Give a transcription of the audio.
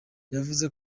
yavuze